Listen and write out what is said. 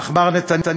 אך מר נתניהו,